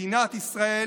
מדינת ישראל